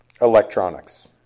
electronics